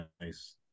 Nice